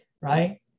right